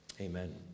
Amen